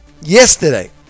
yesterday